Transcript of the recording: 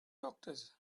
doctors